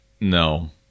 No